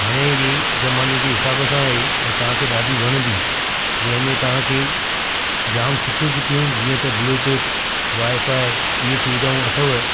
हाणे जे ज़माने जे हिसाब सां आहे ऐं तव्हांखे ॾाढी वणंदी जंहिंमें तव्हांखे जाम सुठियूं सुठियूं जीअं त ब्लूतूथ वाएफाए हीअ सुविधाऊं अथव